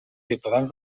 ciutadans